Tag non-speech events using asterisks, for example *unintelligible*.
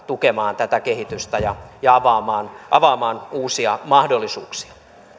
*unintelligible* tukemaan tätä kehitystä ja ja avaamaan avaamaan uusia mahdollisuuksia